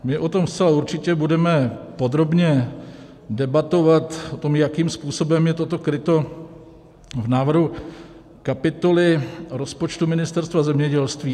My o tom zcela určitě budeme podrobně debatovat, o tom, jakým způsobem je toto kryto v návrhu kapitoly rozpočtu Ministerstva zemědělství.